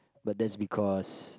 but that's because